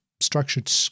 structured